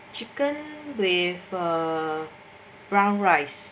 chicken with a brown rice